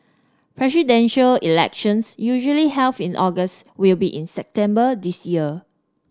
Presidential Elections usually in August will be in September this year